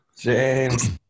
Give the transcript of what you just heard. James